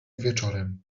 wieczorem